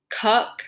cook